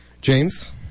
James